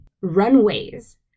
runways